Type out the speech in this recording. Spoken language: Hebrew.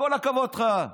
כל הכבוד לך.